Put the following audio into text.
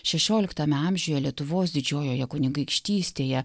šešioliktame amžiuje lietuvos didžiojoje kunigaikštystėje